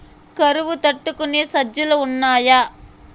కరువు తట్టుకునే సజ్జలు ఉన్నాయా